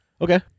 Okay